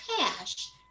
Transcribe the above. cash